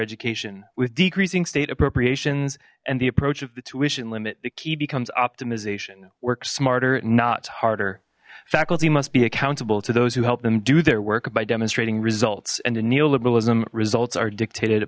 education with decreasing state appropriations and the approach of the tuition limit the key becomes optimization work smarter not harder faculty must be accountable to those who help them do their work by demonstrating results and the neoliberalism results are dictated